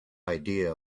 idea